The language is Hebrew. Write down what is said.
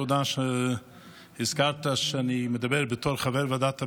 תודה שהזכרת שאני מדבר בתור חבר ועדת הבריאות.